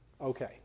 okay